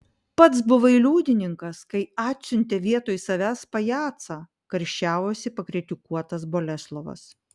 pats buvai liudininkas kai atsiuntė vietoj savęs pajacą karščiavosi pakritikuotas boleslovas